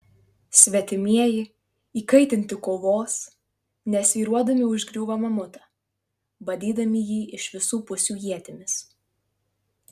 svetimieji įkaitinti kovos nesvyruodami užgriūva mamutą badydami jį iš visų pusių ietimis